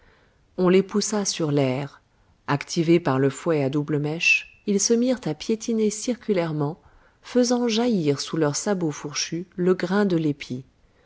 on les poussa sur l'aire activés par le fouet à double mèche ils se mirent à piétiner circulairement faisant jaillir sous leurs sabots fourchus le grain de l'épi